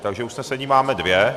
Takže usnesení máme dvě.